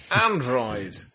Android